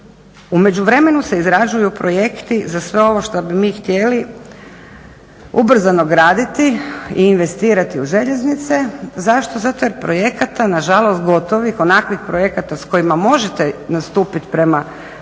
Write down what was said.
U međuvremenu se izrađuju projekti za sve ovo što bi mi htjeli ubrzano graditi i investirati u željeznice. Zašto? Zato jer projekata nažalost gotovih, onakvih projekata s kojima možete nastupiti prema nekakvom